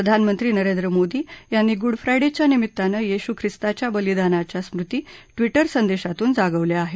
प्रधानमंत्री नरेंद्र मोदी यांनी गुडफ्रायडेच्या निमित्तानं येशू ख्रिस्ताच्या बलीदानाच्या स्मृती ट्विटर संदेशातून जागवल्या आहेत